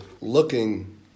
looking